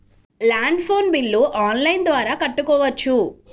Land phone bill online ద్వారా కట్టుకోవచ్చు?